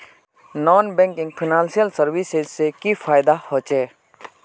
Non banking financial services से की फायदा होचे?